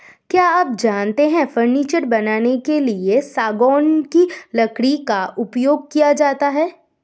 क्या आप जानते है फर्नीचर बनाने के लिए सागौन की लकड़ी का उपयोग किया जाता है